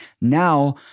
Now